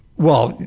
well,